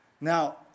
Now